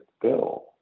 Bill